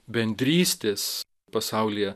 bendrystės pasaulyje